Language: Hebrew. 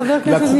חבר הכנסת מיכאלי.